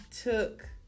took